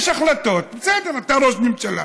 יש החלטות, בסדר, אתה ראש ממשלה.